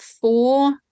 four